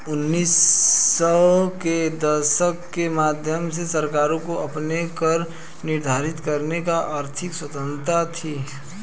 उन्नीस सौ के दशक के मध्य से सरकारों को अपने कर निर्धारित करने की अधिक स्वतंत्रता थी